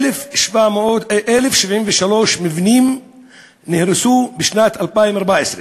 1,073 בתים נהרסו בשנת 2014,